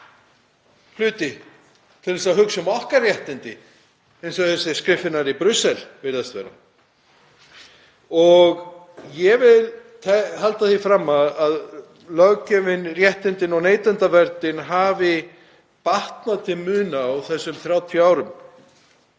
hluti og hugsa um okkar réttindi eins og þessir skriffinnar í Brussel virðast gera. Ég vil halda því fram að löggjöfin, réttindin og neytendaverndin hafi batnað til muna á þessum 30 árum,